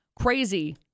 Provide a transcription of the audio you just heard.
crazy